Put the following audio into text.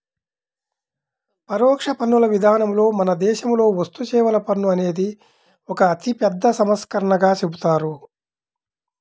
పరోక్ష పన్నుల విధానంలో మన దేశంలో వస్తుసేవల పన్ను అనేది ఒక అతిపెద్ద సంస్కరణగా చెబుతారు